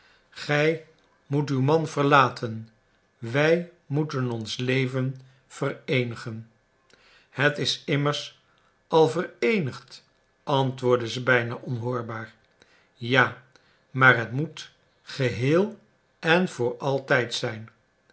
gij moet uw man verlaten wij moeten ons leven vereenigen het is immers al vereenigd antwoordde ze bijna onhoorbaar ja maar het moet geheel en voor altijd zijn